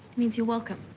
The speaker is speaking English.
means, you're welcome.